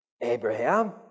Abraham